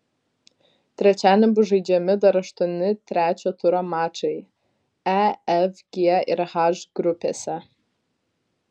trečiadienį bus žaidžiami dar aštuoni trečio turo mačai e f g ir h grupėse